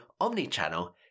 Omnichannel